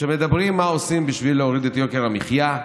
כשמדברים על מה עושים כדי להוריד את יוקר המחיה,